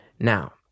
Now